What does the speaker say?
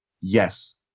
yes